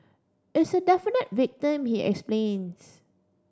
it's a definite victim he explains